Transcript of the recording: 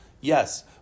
Yes